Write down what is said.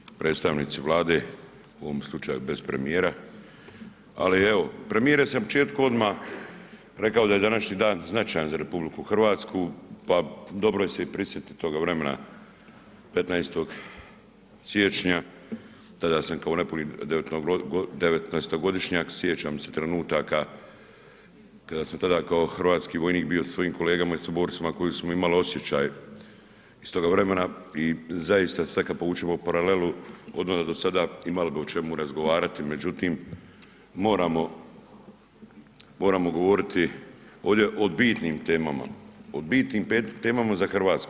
Uvaženi predstavnici Vlade, u ovom slučaju bez premijera, ali evo, premijer je u početku odmah rekao da je današnji dan značajan za RH pa dobro se i prisjetit tog vremena, 15. siječnja tada sam kao nepuni 19—godišnjak, sjećam se trenutak, kada sam tada kao hrvatski vojnik bio sa svojim kolegama i suborcima koji smo imali osjećaj iz tog vremena i zaista sad kad povučemo paralelu, odande do sada, imali bi o čemu razgovarati, međutim moramo govoriti ovdje o bitnim temama., o bitnim temama za Hrvatsku.